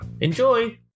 Enjoy